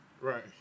Right